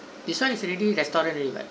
this one is already restaurant already [what]